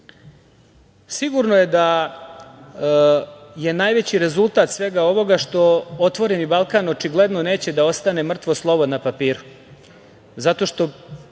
naroda. Sigurno je da je najveći rezultat svega ovoga što otvoreni Balkan očigledno neće da ostane mrtvo slovo na papiru